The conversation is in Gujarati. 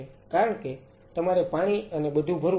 કારણ કે તમારે પાણી અને બધું ભરવું પડશે